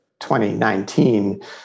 2019